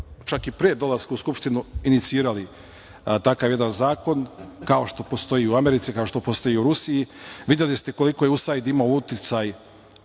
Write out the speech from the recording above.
čak i pre dolaska u Skupštinu inicirali takav jedan zakon, kao što postoji u Americi, kao što postoji u Rusiji. Videli ste koliko je USAID imao uticaj